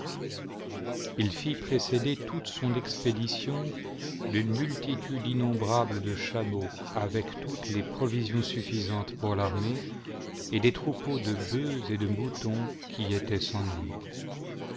il fit précéder toute son expédition d'une multitude innombrable de chameaux avec toutes les provisions suffisantes pour l'armée et des troupeaux de bœufs et de moutons qui étaient sans nombre